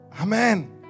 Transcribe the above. Amen